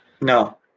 No